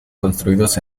construidos